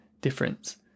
difference